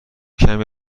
کمی